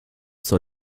zur